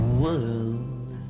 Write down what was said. world